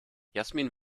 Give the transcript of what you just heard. jasmin